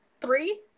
Three